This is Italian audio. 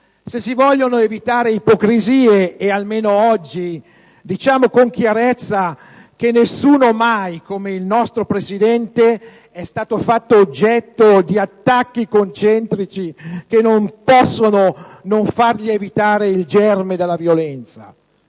Se si vogliono evitare ipocrisie, almeno oggi, affermiamo con chiarezza che nessuno mai, come il nostro Presidente del Consiglio, è stato fatto oggetto di attacchi concentrici che non possono non far lievitare il germe della violenza.